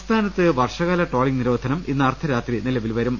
സംസ്ഥാനത്ത് വർഷകാല ട്രോളിങ് നിരോധനം ഇന്ന് അർധരാത്രി നിലവിൽ വരും